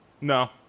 No